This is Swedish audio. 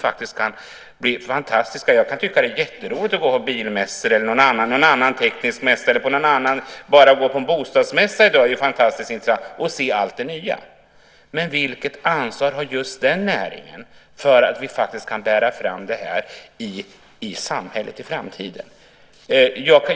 Jag kan tycka att det är jätteroligt att gå på bilmässor, andra tekniska mässor eller bostadsmässor och se allt det nya. Men vilket ansvar har just den näringen för att vi faktiskt kan bära fram det här i samhället i framtiden?